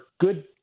good